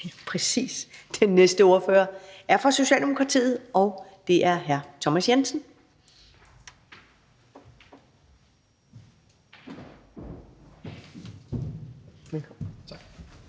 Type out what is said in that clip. Den næste ordfører er fra Socialdemokratiet, og det er hr. Thomas Jensen.